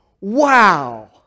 Wow